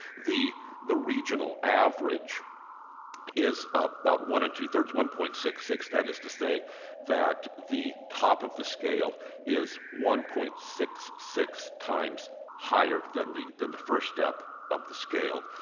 the the regional average is about one and two three one point six six, that is to say that the top of the scale is one point six six times higher than the than the first step of the scale.